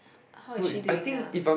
how is she doing now